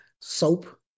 soap